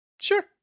Sure